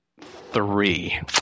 three